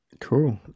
Cool